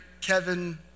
Kevin